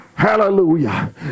Hallelujah